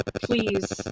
please